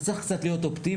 אז צריך קצת להיות אופטימיים,